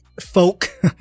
folk